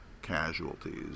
casualties